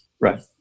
Right